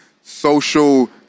social